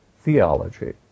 theology